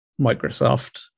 Microsoft